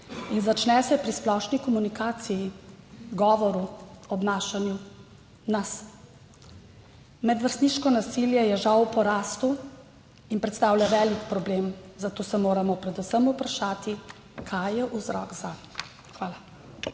Začne se pri splošni komunikaciji, govoru, obnašanju nas. Medvrstniško nasilje je žal v porastu in predstavlja velik problem, zato se moramo predvsem vprašati, kaj je vzrok zanj. Hvala.